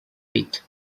pit